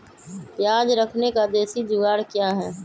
प्याज रखने का देसी जुगाड़ क्या है?